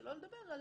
שלא לדבר על